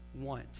want